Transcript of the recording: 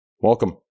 Welcome